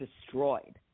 destroyed